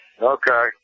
Okay